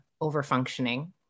over-functioning